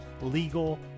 legal